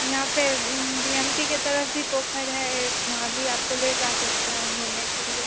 यहाँ पर B M P के तरफ़ भी पोखर है एक वहाँ भी आपको ले जा सकते हैं हम घूमने के लिए